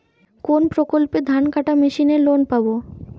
কোন প্রকল্পে ধানকাটা মেশিনের লোন পাব?